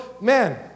man